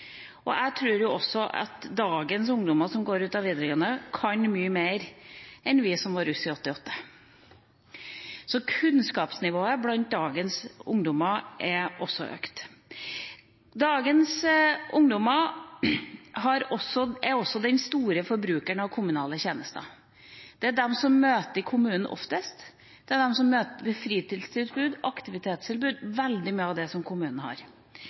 Jeg tror jo også at ungdommer som går ut av videregående i dag, kan mye mer enn vi som var russ i 1988. Så kunnskapsnivået blant dagens ungdommer er økt. Dagens ungdommer er også de store forbrukerne av kommunale tjenester. Det er de som møter kommunen oftest, det er de som møter fritidstilbud, aktivitetstilbud – veldig mye av det som kommunen har.